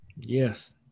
Yes